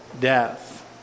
death